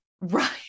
Right